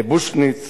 בושקניץ